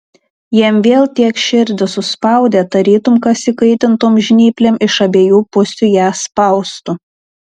jam vėl tiek širdį suspaudė tarytum kas įkaitintom žnyplėm iš abiejų pusių ją spaustų